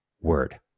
word